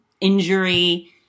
injury